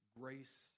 grace